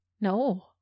No